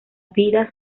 vida